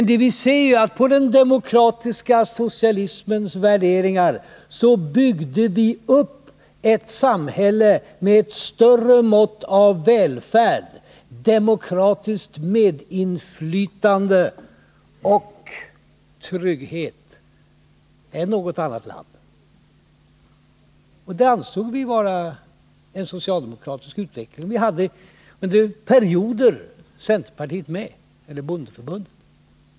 Ja visst, men det var ju på den demokratiska socialismens värderingar som vi byggde upp ett samhälle med ett större mått av välfärd, demokratiskt medinflytande och trygghet än något annat land. Det ansåg vi vara en socialdemokratisk utveckling. Under perioder hade vi centerpartiet — eller bondeförbundet — med.